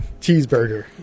Cheeseburger